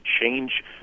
change